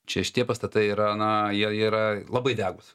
čia šitie pastatai yra na jie yra labai degūs